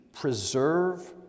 preserve